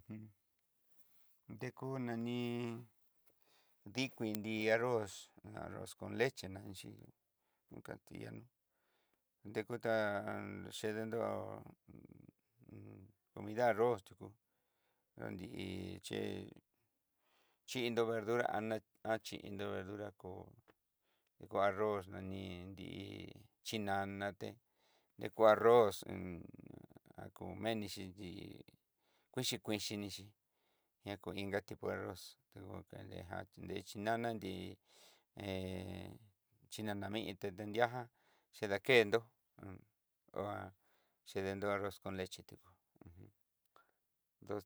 dekú nani dikuin dii arroz, arroz con leche nanixhí, inkati'an dekuta jan chedenró comida arroz tuku, kandí ché chindó verdura ana xhindó, verdura kó ko arroz nani nri chinana té nri kó arroz en ak enixi yii kuxhi kueni ni xi ña ko inga tipo arroz tuku kende jan nre xhinana nri he xhinana mití nde tendiajan xhidakendó ohá xhinendó arroz con leche tulu uj.